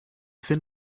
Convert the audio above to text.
fin